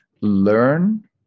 learn